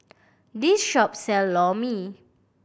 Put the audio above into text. this shop sell Lor Mee